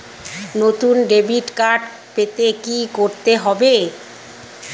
নতুন debit card পেতে কী করতে হবে?